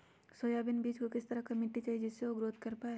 Soybean बीज को किस तरह का मिट्टी चाहिए जिससे वह ग्रोथ कर पाए?